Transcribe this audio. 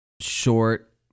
short